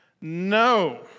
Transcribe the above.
No